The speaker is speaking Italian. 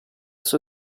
sua